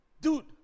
Dude